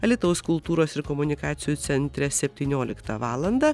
alytaus kultūros ir komunikacijų centre septynioliktą valandą